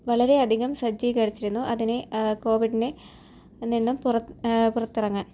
വളരെ അധികം സജ്ജികരിച്ചിരുന്നു അതിനെ കോവിഡിനെ നിന്നും പുറത്തി പുറത്തിറങ്ങാൻ